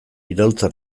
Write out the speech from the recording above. iraultza